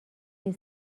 این